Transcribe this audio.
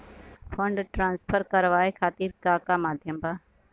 Fund transfer करवाये खातीर का का माध्यम बा?